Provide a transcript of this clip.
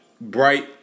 Bright